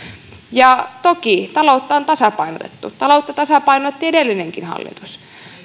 toki taloutta on tasapainotettu taloutta tasapainotti edellinenkin hallitus